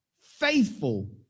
faithful